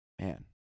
man